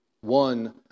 one